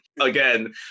Again